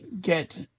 get